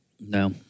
No